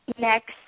next